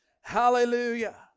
Hallelujah